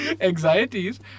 Anxieties